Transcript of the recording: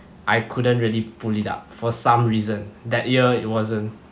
I couldn't really pull it up for some reason that year it wasn't